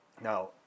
Now